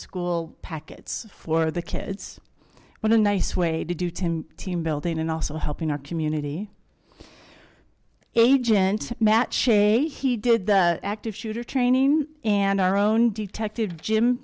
school packets for the kids with a nice way to do ten team building and also helping our community agent matt shea he did the active shooter training and our own detective jim